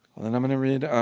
and then i'm going to read